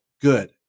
good